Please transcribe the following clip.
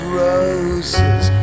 roses